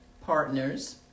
partners